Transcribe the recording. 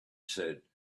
said